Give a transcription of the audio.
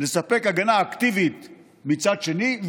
לספק הגנה אקטיבית מצד שני.